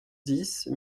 dix